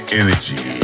energy